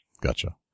Gotcha